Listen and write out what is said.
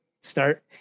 Start